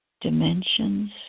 dimensions